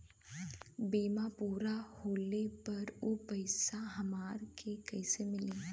बीमा पूरा होले पर उ पैसा हमरा के कईसे मिली?